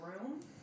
room